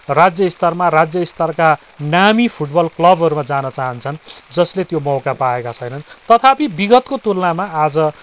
राज्य स्तरमा राज्यस्तरका नामी फुटबल क्लबहरूमा जान चाहन्छन् जसले त्यो मौका पाएका छैनन् तथापि विगतको तुलनामा आज